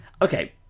Okay